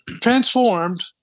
transformed